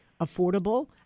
affordable